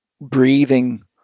breathing